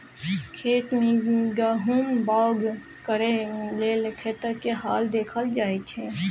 खेत मे गहुम बाउग करय लेल खेतक हाल देखल जाइ छै